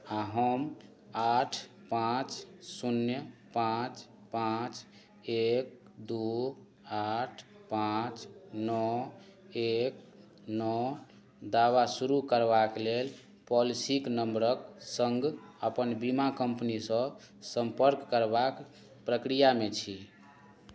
आ हम आठ पाँच शून्य पाँच पाँच एक दू आठ पाँच नओ एक नओ दावा शुरू करबाक लेल पॉलिसीक नम्बरक सङ्ग अपन बीमा कम्पनीसँ सम्पर्क करबाक प्रक्रियामे छी